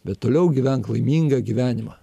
bet toliau gyvenk laimingą gyvenimą